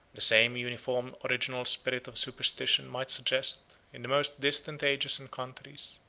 the same uniform original spirit of superstition might suggest, in the most distant ages and countries,